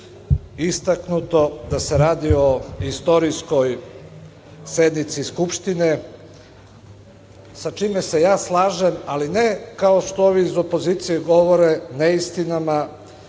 istaknuto da se radi o istorijskoj sednici Skupštine, sa čime se ja slažem, ali ne kao što ovi iz opozicije govore neistinama